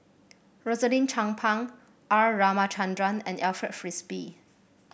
Rosaline Chan Pang R Ramachandran and Alfred Frisby